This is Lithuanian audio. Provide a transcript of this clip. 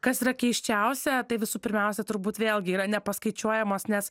kas yra keisčiausia tai visų pirmiausia turbūt vėlgi yra nepaskaičiuojamos nes